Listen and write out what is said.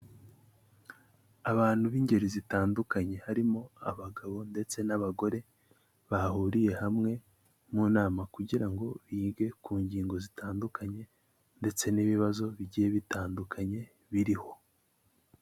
Abantu b'ingeri zitandukanye harimo abagabo ndetse n'abagore, bahuriye hamwe mu nama kugira ngo bige ku ngingo zitandukanye ndetse n'ibibazo bigiye bitandukanye biriho.